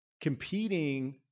competing